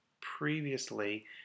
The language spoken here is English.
previously